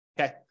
okay